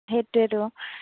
সেইটোৱটো